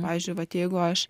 pavyzdžiui vat jeigu aš